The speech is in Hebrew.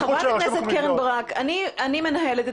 אין החלטה שיפוטית.